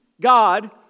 God